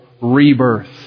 rebirth